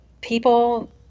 people